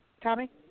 Tommy